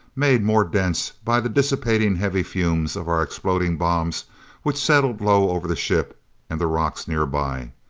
made more dense by the dissipating heavy fumes of our exploding bombs which settled low over the ship and the rocks nearby.